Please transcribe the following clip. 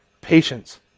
Patience